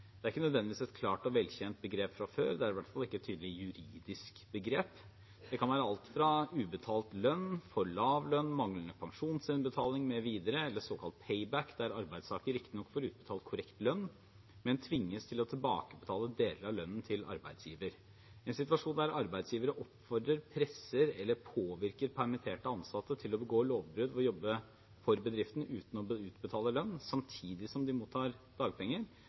Det er ikke nødvendigvis et klart og velkjent begrep fra før, det er i hvert fall ikke et tydelig juridisk begrep. Det kan være alt fra ubetalt lønn, for lav lønn, manglende pensjonsinnbetaling mv., til såkalt payback, der arbeidstaker riktignok får utbetalt korrekt lønn, men tvinges til å tilbakebetale deler av lønnen til arbeidsgiver. En situasjon der arbeidsgivere oppfordrer, presser eller påvirker permitterte ansatte til å begå lovbrudd og jobbe for bedriften uten å utbetale lønn samtidig som de mottar dagpenger,